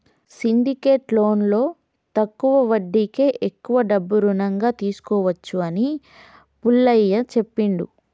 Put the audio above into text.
syndicate లోన్లో తక్కువ వడ్డీకే ఎక్కువ డబ్బు రుణంగా తీసుకోవచ్చు అని పుల్లయ్య చెప్పిండు